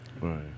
right